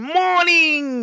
morning